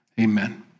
amen